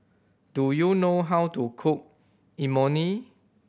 do you know how to cook Imoni